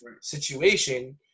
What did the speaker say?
situation